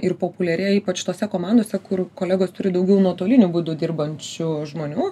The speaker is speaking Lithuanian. ir populiarėja ypač tose komandose kur kolegos turi daugiau nuotoliniu būdu dirbančių žmonių